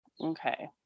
Okay